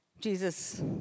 Jesus